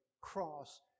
cross